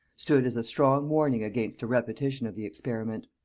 stood as a strong warning against a repetition of the experiment.